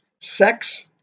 sex